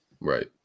Right